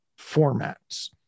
formats